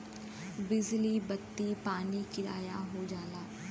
बिजली बत्ती पानी किराया हो जाला